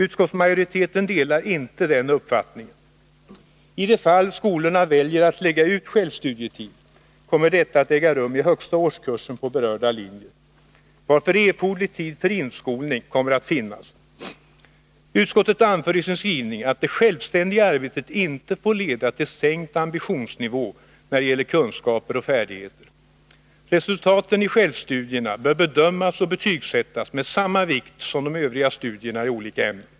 Utskottsmajoriteten delar inte den uppfattningen. I de fall skolorna väljer att lägga ut självstudietid kommer detta att äga rum i högsta årskursen på berörda linjer, varför erforderlig tid för inskolning kommer att finnas. Utskottet anför i sin skrivning att det självständiga arbetet inte får leda till sänkt ambitionsnivå när det gäller kunskaper och färdigheter. Resultaten av självstudierna bör bedömas och betygsättas med samma vikt som de övriga studierna i olika ämnen.